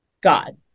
God